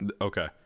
Okay